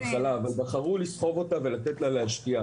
יכלו להגיד לה בהתחלה אבל בחרו לסחוב אותה ולתת לה להשקיע.